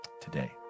today